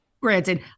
Granted